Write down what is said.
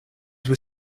were